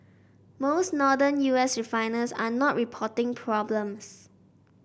most northern U S refiners are not reporting problems